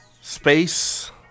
space